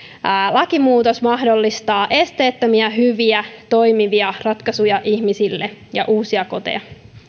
lakimuutos mahdollistaa esteettömiä hyviä toimivia ratkaisuja ihmisille ja uusia koteja